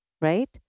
right